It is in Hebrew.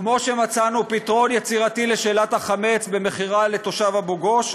כמו שמצאנו פתרון יצירתי לשאלת החמץ במכירה לתושב אבו גוש,